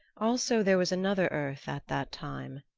also there was another earth at that time,